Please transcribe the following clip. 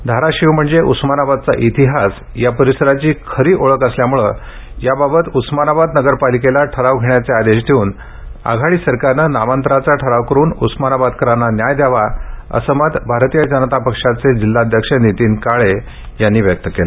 धाराशिव म्हणजे उस्मानाबादचा इतिहास या परिसराची खरी ओळख असल्यामुळे याबाबत उस्मानाबाद नगरपालिकेला ठराव घेण्याचे आदेश देऊन महाराष्ट्रातील आघाडी सरकारनं नामांतराचा ठराव करून उस्मानाबादकरांना न्याय द्यावा असं मत भारतीय जनता पक्षाचे जिल्हाध्यक्ष नीतीन काळे यांनी व्यक्त केलं